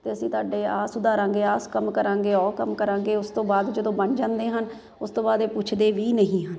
ਅਤੇ ਅਸੀਂ ਤੁਹਾਡੇ ਆਹ ਸੁਧਾਰਾਂਗੇ ਆਸ ਕੰਮ ਕਰਾਂਗੇ ਉਹ ਕੰਮ ਕਰਾਂਗੇ ਉਸ ਤੋਂ ਬਾਅਦ ਜਦੋਂ ਬਣ ਜਾਂਦੇ ਹਨ ਉਸ ਤੋਂ ਬਾਅਦ ਇਹ ਪੁੱਛਦੇ ਵੀ ਨਹੀਂ ਹਨ